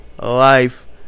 life